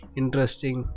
interesting